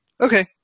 Okay